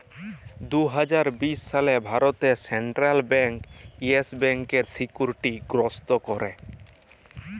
দু হাজার বিশ সালে ভারতে সেলট্রাল ব্যাংক ইয়েস ব্যাংকের সিকিউরিটি গ্রস্ত ক্যরে